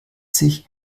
sich